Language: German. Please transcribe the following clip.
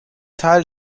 teil